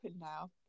now